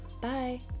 Bye